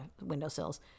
windowsills